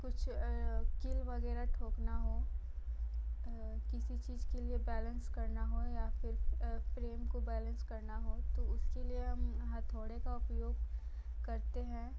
कुछ कील वगैरह ठोकना हो किसी चीज के लिए बैलेंस करना हो या फिर फ्रेम को बैलेंस करना हो तो उसके लिए हम हथौड़े का उपयोग करते हैं